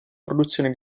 produzione